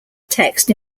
text